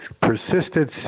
persisted